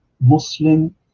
Muslim